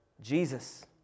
Jesus